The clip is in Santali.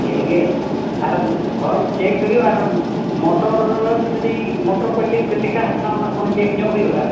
ᱤᱭᱟᱹᱜᱮ ᱟᱨ ᱦᱳᱭ ᱪᱮᱠ ᱦᱩᱭᱩᱜᱼᱟ ᱟᱨ ᱢᱚᱴᱚᱨ ᱡᱩᱫᱤ ᱢᱚᱴᱚᱨ ᱠᱚ ᱪᱮᱫ ᱠᱚ ᱪᱤᱠᱟ ᱟᱠᱟᱱᱟ ᱚᱱᱟ ᱠᱚᱦᱚᱸ ᱪᱮᱠ ᱧᱚᱜ ᱦᱩᱭᱩᱜᱼᱟ